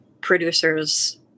producers